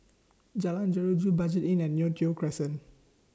Jalan Jeruju Budget Inn and Neo Tiew Crescent